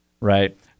right